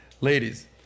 ladies